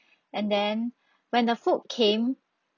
and then when the food came